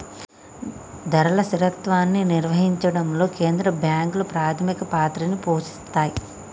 ధరల స్థిరత్వాన్ని నిర్వహించడంలో కేంద్ర బ్యాంకులు ప్రాథమిక పాత్రని పోషిత్తాయ్